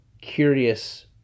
curious